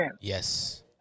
Yes